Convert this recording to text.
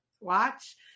Watch